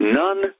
none